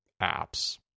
apps